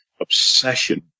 obsession